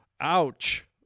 Ouch